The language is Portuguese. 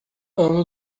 ano